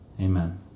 amen